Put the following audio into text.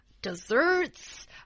desserts